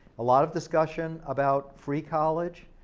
a lot of discussion about free college,